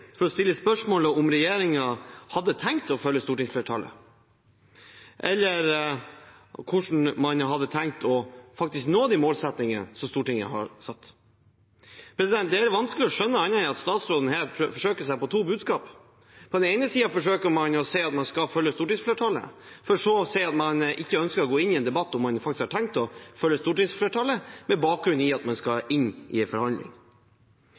til å angripe Senterpartiet for å stille spørsmålet om regjeringen hadde tenkt å følge stortingsflertallet, eller hvordan man hadde tenkt å nå de målsettingene Stortinget har satt. Det er vanskelig å skjønne annet enn at statsråden her forsøker seg på to budskap. På den ene siden forsøker man å si at man skal følge stortingsflertallet, for så å si at man ikke ønsker å gå inn i en debatt om man faktisk har tenkt å følge stortingsflertallet, med bakgrunn i at man skal inn i en forhandling.